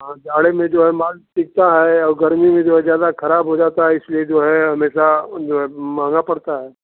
हाँ जाड़े में जो है माल बिकता है और गर्मी में जो है ज्यादा ख़राब हो जाता है इसलिए जो है हमेशा उन जो है महँगा पड़ता है